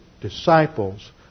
disciples